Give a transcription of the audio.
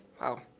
wow